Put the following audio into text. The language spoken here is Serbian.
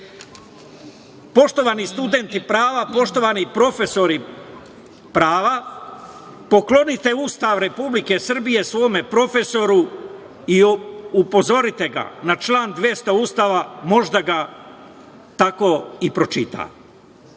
citat. Poštovani studenti prava, poštovani profesori prava, poklonite Ustav Republike Srbije svom profesoru i upozorite ga na član 200. Ustava, možda ga tako i pročita.